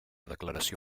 declaració